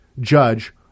judge